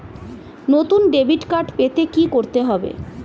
নতুন debit card পেতে কী করতে হবে?